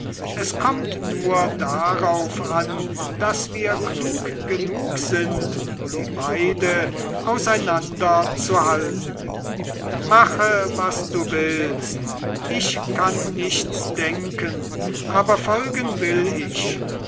es kommt nur darauf an daß wir klug genug sind sie beide auseinander zu halten mache was du willst ich kann nichts denken aber folgen will ich